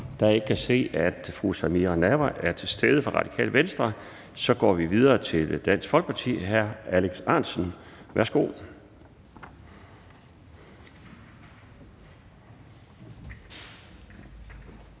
da jeg ikke kan se, at fru Samira Nawa fra Radikale Venstre er til stede, går vi videre til Dansk Folkeparti. Hr. Alex Ahrendtsen, værsgo.